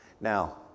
Now